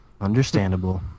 understandable